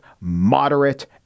moderate